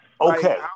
okay